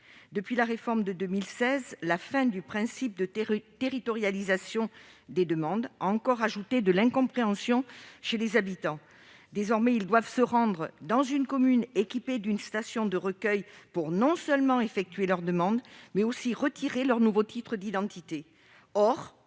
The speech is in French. Depuis la réforme de 2016, la fin du principe de territorialisation des demandes a encore ajouté de l'incompréhension chez les habitants. Désormais, ils doivent se rendre dans une commune équipée d'une station de recueil non seulement pour effectuer leur demande, mais aussi pour retirer leur nouveau titre d'identité.